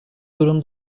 durum